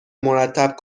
مرتب